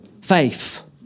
faith